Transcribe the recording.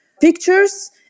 pictures